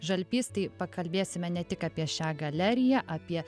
žalpys tai pakalbėsime ne tik apie šią galeriją apie